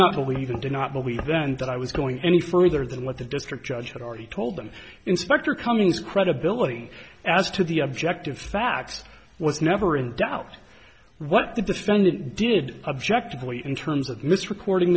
not believe and do not believe then that i was going any further than what the district judge had already told them inspector cummings credibility as to the objective facts was never in doubt what the defendant did objectively in terms of mis recording